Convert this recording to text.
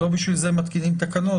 לא בשביל זה מתקינים תקנות,